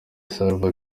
salva